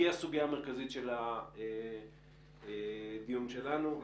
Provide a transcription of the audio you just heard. כי היא הסוגיה המרכזית של הדיון שלנו.